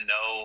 no